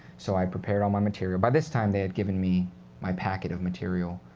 so i prepared all my material. by this time, they had given me my packet of material